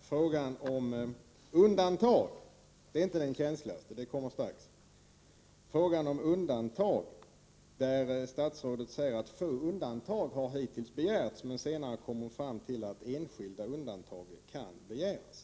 frågan om undantag — denna fråga är inte den känsligaste; den känsligaste frågan kommer jag strax att beröra. I fråga om undantag säger statsrådet att få undantag hittills har begärts. Senare kommer statsrådet fram till att enskilda undantag kan begäras.